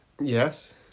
Yes